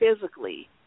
physically